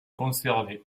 conservées